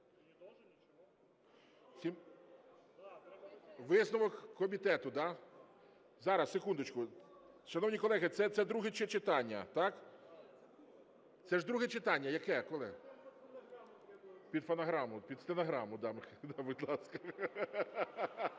Висновок комітету, да? Зараз, секундочку. Шановні колеги, це друге читання, так? Це ж друге читання. Яке, колеги? Під фонограму, під стенограму. Да, будь ласка.